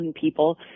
people